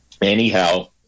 Anyhow